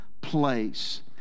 place